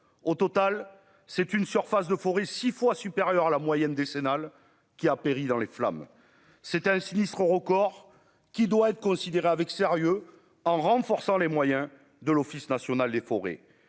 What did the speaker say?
au total c'est une surface de forêts 6 fois supérieur à la moyenne décennale qui a péri dans les flammes, c'est un sinistre record qui doit être considérée avec sérieux, en renforçant les moyens de l'Office national des forêts,